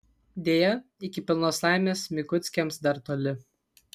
deja iki pilnos laimės mikuckiams dar toli